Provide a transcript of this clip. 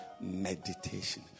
meditation